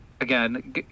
Again